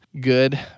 good